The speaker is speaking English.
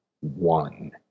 one